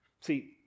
See